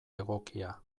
egokia